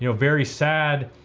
you know very sad.